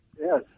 Yes